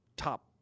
Top